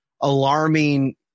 alarming